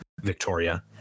Victoria